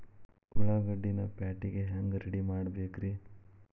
ಉಳ್ಳಾಗಡ್ಡಿನ ಪ್ಯಾಟಿಗೆ ಹ್ಯಾಂಗ ರೆಡಿಮಾಡಬೇಕ್ರೇ?